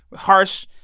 harsh,